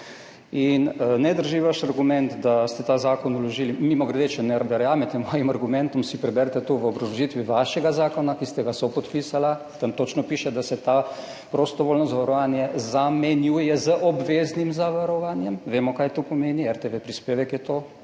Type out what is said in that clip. in ne drži vaš argument, da ste ta zakon vložili. Mimogrede, če ne verjamete mojim argumentom, si preberite to v obrazložitvi vašega zakona, ki ste ga sopodpisali. Tam točno piše, da se to prostovoljno zavarovanje zamenjuje z obveznim zavarovanjem. Vemo, kaj to pomeni, RTV prispevek je to,